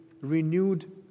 renewed